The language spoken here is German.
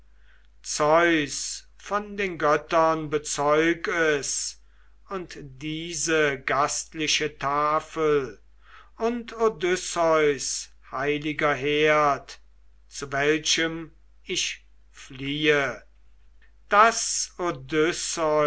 zeus von den göttern bezeug es und diese gastliche tafel und odysseus heiliger herd zu welchem ich fliehe du